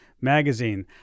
Magazine